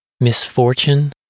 misfortune